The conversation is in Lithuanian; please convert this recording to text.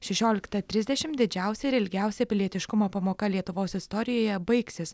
šešioliktą trisdešimt didžiausia ir ilgiausia pilietiškumo pamoka lietuvos istorijoje baigsis